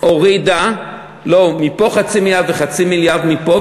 הורידה מפה 0.5 מיליארד ו-0.5 מיליארד מפה,